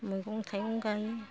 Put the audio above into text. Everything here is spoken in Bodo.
मैगं थाइगं गायो